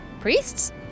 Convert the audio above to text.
Priests